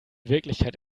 wirklichkeit